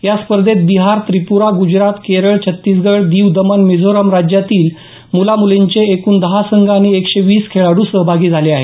या स्पर्धेत बिहार त्रिपुरा गुजरात केरळ छत्तीसगड दिवदमन मिझोरम राज्यातील मुला मुलींचे एकूण दहा संघ एकशे वीस खेळाडू सहभागी झाले आहेत